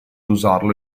usarlo